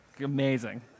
Amazing